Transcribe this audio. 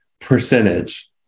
percentage